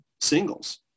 singles